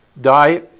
die